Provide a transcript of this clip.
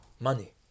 money